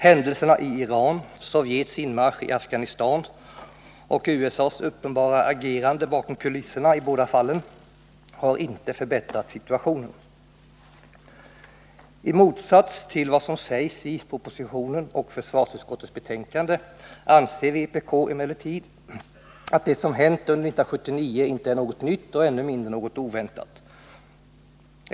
Händelserna i Iran, Sovjets inmarsch i Afghanistan och USA:s uppenbara agerande bakom kulisserna i båda fallen har inte förbättrat situationen. I motsats till vad som sägs i propositionen och försvarsutskottets betänkande anser vpk emellertid att det som hänt under 1979 inte är något nytt och ännu mindre något oväntat.